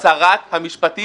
שרת המשפטים